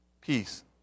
Peace